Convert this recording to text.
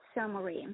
summary